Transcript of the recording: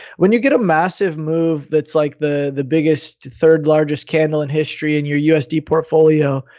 when you get a massive move that's like the the biggest third largest candle in history in your usd portfolio,